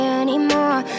anymore